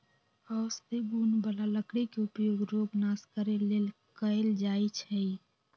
औषधि गुण बला लकड़ी के उपयोग रोग नाश करे लेल कएल जाइ छइ